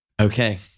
Okay